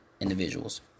individuals